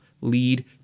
lead